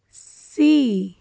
ਸੀ